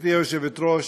גברתי היושבת-ראש,